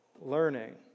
learning